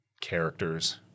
Characters